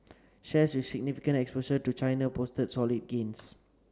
shares with significant exposure to China posted solid gains